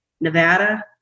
Nevada